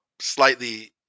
slightly